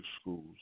schools